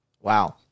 Wow